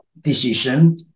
decision